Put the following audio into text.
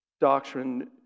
doctrine